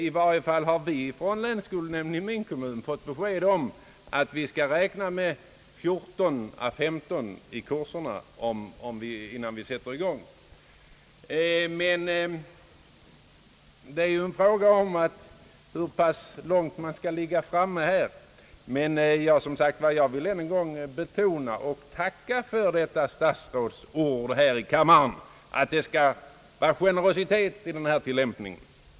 I varje fall har vi i min kommun från länsskolnämnden fått besked om att vi skall räkna med 14 å 15 deltagare i kurserna innan vi sätter i gång. Det är ju fråga om hur pass långt man skall ligga framme här. Jag vill än en gång tacka för detta statsrådsord här i kammaren, att det skall vara generositet i tillämpningen.